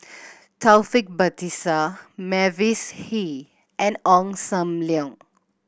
Taufik Batisah Mavis Hee and Ong Sam Leong